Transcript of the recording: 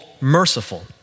merciful